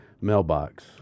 Mailbox